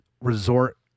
resort